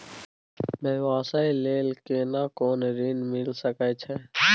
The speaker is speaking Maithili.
व्यवसाय ले केना कोन ऋन मिल सके छै?